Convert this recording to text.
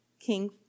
King